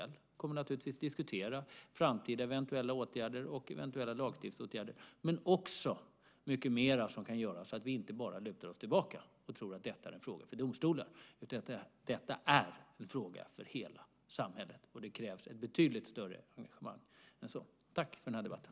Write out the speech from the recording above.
Vi kommer att diskutera framtida eventuella åtgärder och eventuella lagstiftningsåtgärder, men också mycket mer som kan göras. Vi får inte bara luta oss tillbaka och tro att detta är en fråga för domstolen. Detta är en fråga för hela samhället, och det krävs ett betydligt större engagemang än så. Tack för debatten!